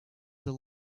the